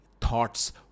thoughts